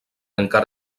encara